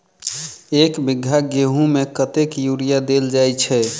एक बीघा गेंहूँ मे कतेक यूरिया देल जाय छै?